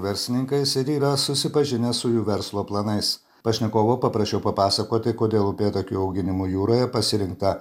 verslininkais ir yra susipažinęs su jų verslo planais pašnekovo paprašiau papasakoti kodėl upėtakių auginimo jūroje pasirinkta